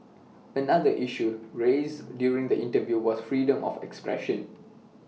another issue raised during the interview was freedom of expression